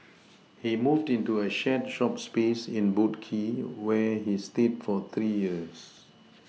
he moved into a shared shop space in boat Quay where he stayed for three years